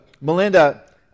Melinda